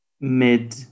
mid